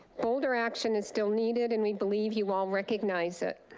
bolder action is still needed, and we believe you all recognize it.